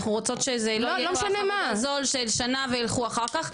אנחנו רוצות שזה לא יהי כוח עבודה זול של שנה וילכו אחר כך,